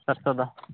ᱥᱚᱨᱥᱮ ᱫᱚ